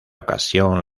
ocasión